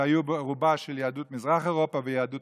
שהיו רובה של יהדות מזרח אירופה ויהדות